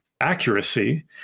accuracy